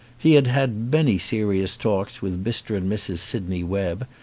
he had had many serious talks with mr. and mrs. sydney webb,